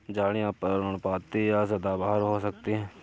झाड़ियाँ पर्णपाती या सदाबहार हो सकती हैं